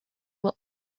will